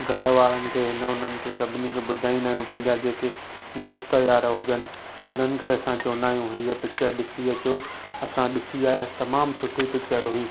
घरु वारनि खे हिन हुननि खे सभिनी खे ॿुधाईंदा आहियूं पंहिंजा जेके दोस्त यार हुजनि उन्हनि खे असां चवंदा आहियूं हीअ पिक्चर ॾिसी अचो असां ॾिसी आयासि तमामु सुठी पिक्चर हुई